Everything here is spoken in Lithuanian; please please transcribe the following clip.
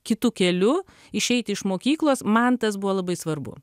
kitu keliu išeit iš mokyklos man tas buvo labai svarbu